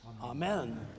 Amen